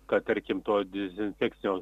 kad tarkim to dezinfekcinio